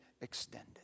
extended